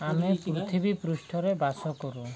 ଆମେ ପୃଥିବୀ ପୃଷ୍ଠରେ ବାସ କରୁ